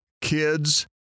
Kids